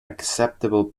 acceptable